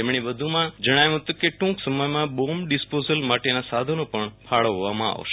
તેમણે વધુ માં જણાવ્યુ હતું કે ટુંક સમયમાં બોમ્બ ડિસ્પોઝલ માટેના સાધનો પણ ફાળવવામાં આવશે